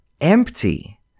empty